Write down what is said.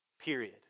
period